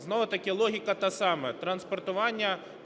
Знову-таки, логіка та сама,